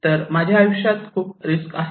तर माझ्या आयुष्यात खूप रिस्क आहेत